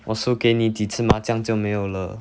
我输给你几次麻将就没有了